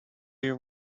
you